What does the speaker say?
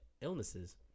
illnesses